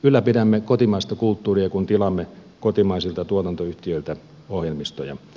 ylläpidämme kotimaista kulttuuria kun tilaamme kotimaisilta tuotantoyhtiöiltä ohjelmistoja